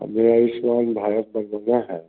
हमें आयुष्मान भारत बनवाना है